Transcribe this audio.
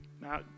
Now